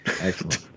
Excellent